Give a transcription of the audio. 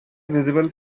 visible